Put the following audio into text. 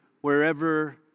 wherever